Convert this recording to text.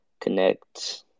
connect